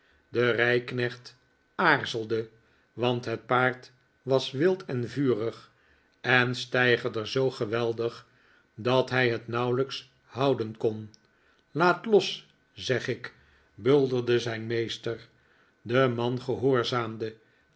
de rijknecht aarzelde want het paard was wild en yurig en steigerde zoo geweldig dat hij het nauwelijks houden kon laat los zeg ik bulderde zijn meester de man gehoorzaamde